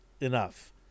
Enough